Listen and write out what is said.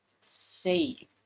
save